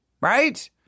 right